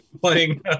playing